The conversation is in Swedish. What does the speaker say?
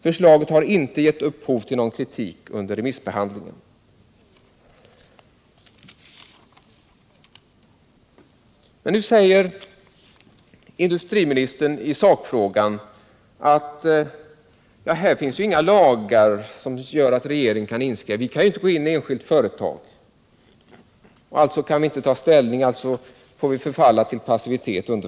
Förslaget har inte gett upphov till någon kritik under remissbehandlingen.” Men nu säger industriministern i sakfrågan att det inte finns några lagar som ger regeringen möjlighet att ingripa i enskilda företag, alltså kan regeringen inte ta ställning och får underförstått förfalla till passivitet.